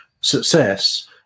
success